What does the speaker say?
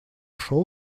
ушел